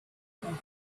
from